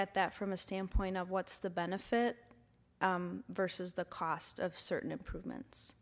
at that from a standpoint of what's the benefit versus the cost of certain improvements